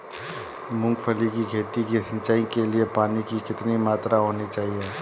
मूंगफली की खेती की सिंचाई के लिए पानी की कितनी मात्रा होनी चाहिए?